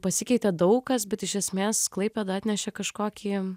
pasikeitė daug kas bet iš esmės klaipėda atnešė kažkokį